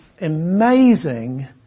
amazing